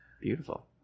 Beautiful